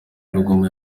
rugomwa